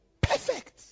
Perfect